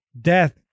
death